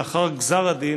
לאחר גזר הדין